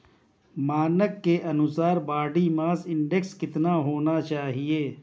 मानक के अनुसार बॉडी मास इंडेक्स कितना होना चाहिए?